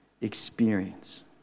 experience